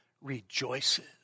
rejoices